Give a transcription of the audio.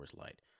Light